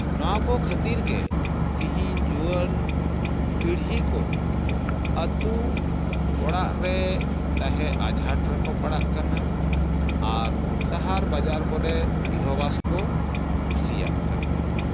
ᱱᱚᱣᱟ ᱠᱚ ᱠᱷᱟᱹᱛᱤᱨ ᱜᱮ ᱛᱤᱦᱤᱧ ᱡᱩᱣᱟᱹᱱ ᱯᱤᱲᱦᱤ ᱠᱚ ᱟᱹᱛᱩ ᱚᱲᱟᱜ ᱨᱮ ᱛᱟᱦᱮᱸ ᱟᱸᱡᱷᱟᱴ ᱨᱮᱠᱚ ᱯᱟᱲᱟᱜ ᱠᱟᱱᱟ ᱟᱨ ᱥᱟᱦᱟᱨ ᱵᱟᱡᱟᱨ ᱠᱚᱨᱮ ᱜᱨᱤᱦᱚ ᱵᱟᱥ ᱠᱚ ᱠᱩᱥᱤᱭᱟᱜ ᱠᱟᱱᱟ